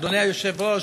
אדוני היושב-ראש,